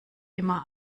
immer